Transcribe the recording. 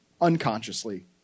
unconsciously